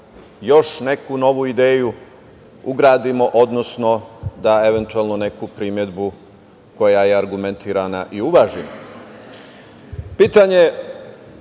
još neku novu ideju ugradimo, odnosno da eventualno neku primedbu, koja je argumentovana, i